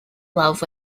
love